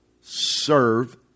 serve